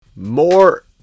More